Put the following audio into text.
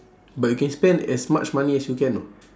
but you can spend as much money as you can know